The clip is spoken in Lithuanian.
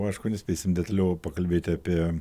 aišku nespėsim detaliau pakalbėti apie